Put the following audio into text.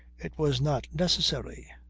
it was not necessary.